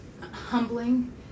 humbling